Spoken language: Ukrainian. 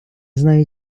знаю